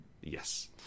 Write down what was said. Yes